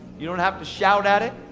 you don't have to shout at it,